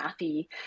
mathy